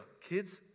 kids